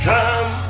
Come